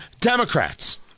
Democrats